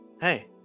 hey